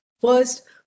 First